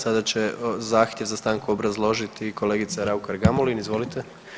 Sada će zahtjev za stanku obrazložiti kolegica Raukar Gamulin, izvolite.